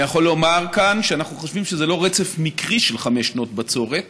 אני יכול לומר כאן שאנחנו חושבים שזה לא רצף מקרי של חמש שנות בצורת,